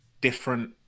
different